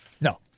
No